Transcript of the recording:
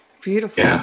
beautiful